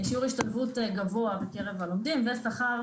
עם שיעור השתלבות גבוה בקרב הלומדים ושכר